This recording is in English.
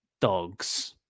dogs